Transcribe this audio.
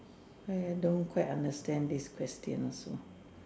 !aiya! don't quite understand this question also